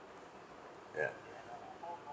ya